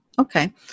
Okay